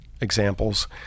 examples